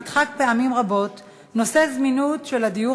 נדחק פעמים רבות נושא הזמינות של הדיור